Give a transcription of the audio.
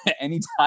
anytime